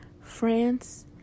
France